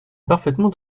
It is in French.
parfaitement